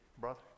brother